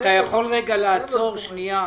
אתה יכול לעצור לרגע?